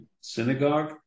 synagogue